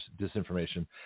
disinformation